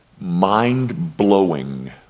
mind-blowing